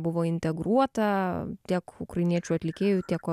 buvo integruota tiek ukrainiečių atlikėjų tiek